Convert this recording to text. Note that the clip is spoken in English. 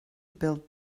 build